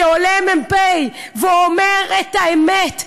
שעולה מ"פ ואומר את האמת,